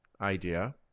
idea